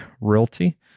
realty